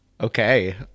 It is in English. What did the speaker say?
Okay